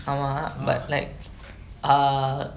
ஆமா:aamaa but like err